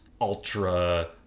ultra